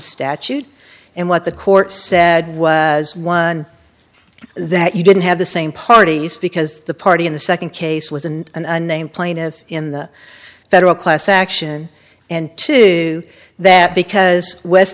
statute and what the court said was one that you didn't have the same party because the party in the second case was an unnamed plaintiff in the federal class action and two that because west